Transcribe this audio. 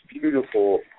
beautiful